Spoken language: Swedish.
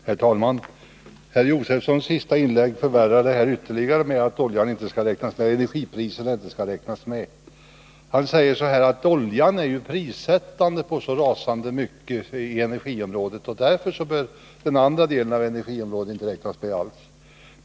Herr talman! Herr Josefsons senaste inlägg förvärrar ytterligare detta med att energipriserna inte skall räknas med. Han säger att oljan är prissättande på så rasande mycket inom energiområdet, och därför bör den andra delen inte räknas med alls.